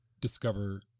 discover